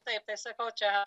taip tai sakau čia